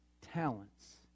talents